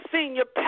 Senior